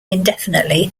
indefinitely